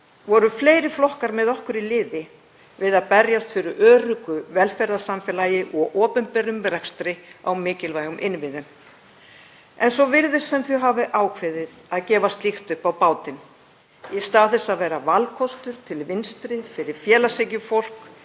voru fleiri flokkar með okkur í liði við að berjast fyrir öruggu velferðarsamfélagi og opinberum rekstri á mikilvægum innviðum. En svo virðist sem þau hafi ákveðið að gefa slíkt upp á bátinn. Í stað þess að vera valkostur til vinstri fyrir félagshyggjufólk